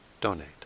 donate